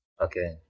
Okay